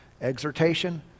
exhortation